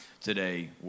today